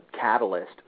catalyst